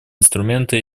инструмента